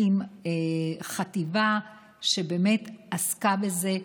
הקים חטיבה שעסקה בזה,